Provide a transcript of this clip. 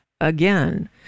again